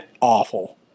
awful